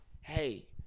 Hey